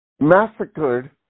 massacred